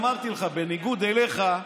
אמרתי לך: בניגוד אליך,